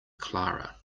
clara